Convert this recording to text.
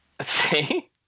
see